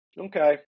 Okay